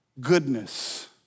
Goodness